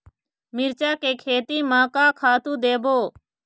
मिरचा के खेती म का खातू देबो?